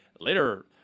Later